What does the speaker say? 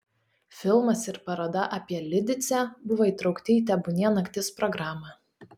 filmas ir paroda apie lidicę buvo įtraukti į tebūnie naktis programą